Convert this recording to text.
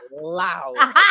loud